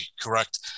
correct